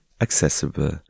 accessible